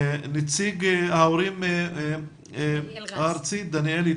נציג הנהגת ההורים הארצית, דניאל רז.